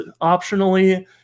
optionally